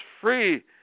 free